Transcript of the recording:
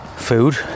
food